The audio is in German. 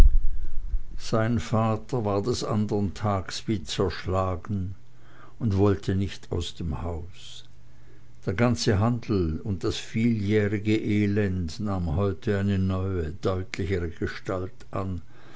sein vater war des andern tags wie zerschlagen und wollte nicht aus dem hause der ganze handel und das vieljährige elend nahm heute eine neue deutlichere gestalt an